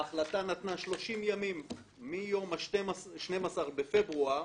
ההחלטה נתנה 30 ימים מיום ה-12 בפברואר